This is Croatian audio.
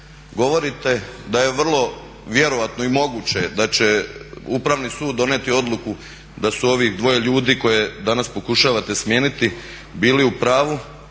govorite da je vrlo vjerojatno i moguće je da će upravni sud donijeti odluku da su ovi dvoje ljudi koje danas pokušavate smijeniti bili u pravu